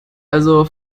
also